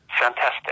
fantastic